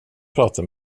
prata